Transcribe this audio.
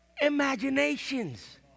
imaginations